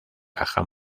caja